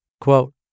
Quote